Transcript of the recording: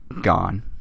gone